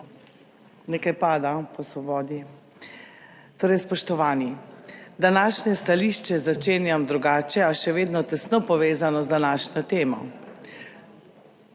nekaj padlo.] Spoštovani! Današnje stališče začenjam drugače, a še vedno tesno povezano z današnjo temo.